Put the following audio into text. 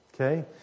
Okay